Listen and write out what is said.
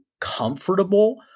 comfortable